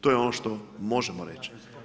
To je ono što možemo reći.